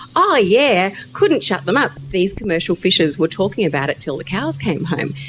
oh yeah couldn't shut them up, these commercial fishers were talking about it till the cows came home.